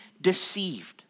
deceived